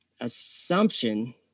assumption